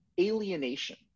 alienation